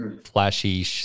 flashy